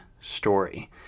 story